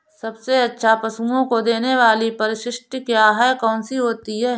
सबसे अच्छा पशुओं को देने वाली परिशिष्ट क्या है? कौन सी होती है?